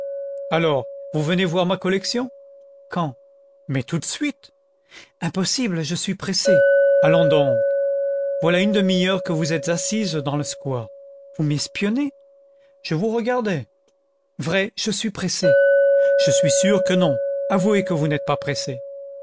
alors vous venez voir ma collection quand mais tout de suite impossible je suis pressée allons donc voilà une demi-heure que vous êtes assise dans le square vous m'espionniez je vous regardais vrai je suis pressée je suis sûr que non avouez que vous n'êtes pas pressée